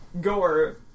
goer